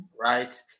Right